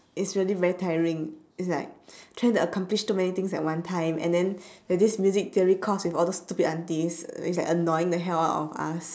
iT's really very tiring iT's like trying to accomplish too many things at one time and then there is this music theory course with all those stupid aunties which is like annoying the hell out of us